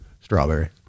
Strawberry